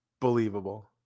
believable